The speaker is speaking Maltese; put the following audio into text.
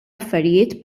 affarijiet